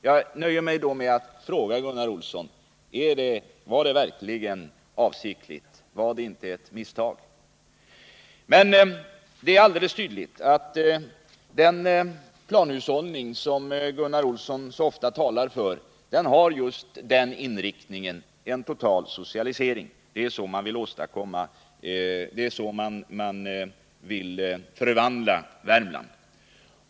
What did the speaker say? Jag nöjer mig med Nr 26 att fråga Gunnar Olsson: Var det verkligen avsiktligt som ni stödde detta Måndagen den krav? Var det inte ett misstag? 12 november 1979 Det är alldeles tydligt att den planhushållning som Gunnar Olsson så ofta talat för har just den inriktningen — en total socialisering. Det är så han vill Om sysselsättförvandla Värmland.